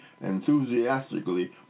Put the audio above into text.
enthusiastically